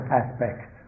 aspects